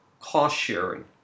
cost-sharing